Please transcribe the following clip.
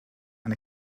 and